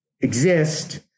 exist